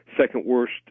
second-worst